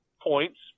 points